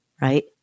Right